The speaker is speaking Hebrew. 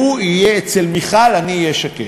שהוא יהיה אצל מיכל, אני אהיה שקט.